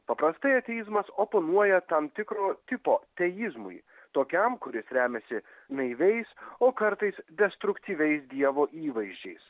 paprastai ateizmas oponuoja tam tikro tipo teizmui tokiam kuris remiasi naiviais o kartais destruktyviais dievo įvaizdžiais